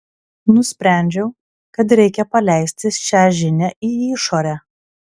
nusprendžiau kad reikia paleisti šią žinią į išorę